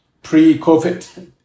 Pre-COVID